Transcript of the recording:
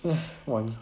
!wah! 你